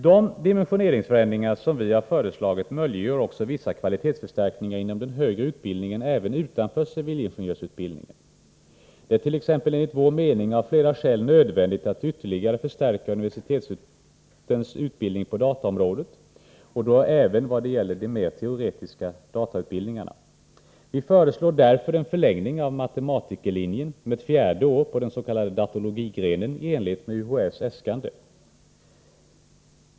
De dimensioneringsförändringar som vi har föreslagit möjliggör också vissa kvalitetsförstärkningar inom den högre utbildningen även utanför civilingenjörsutbildningen. Det är t.ex. enligt vår mening av flera skäl nödvändigt att ytterligare förstärka universitetens utbildning på dataområdet och då även vad gäller den mer teoretiska datautbildningen. Vi föreslår därför en förlängning av matematikerlinjen med ett fjärde år på den s.k. datologigrenen i enlighet med UHÄ:s äskande.